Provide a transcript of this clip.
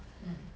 mm